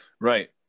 Right